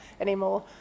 anymore